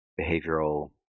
behavioral